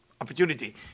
opportunity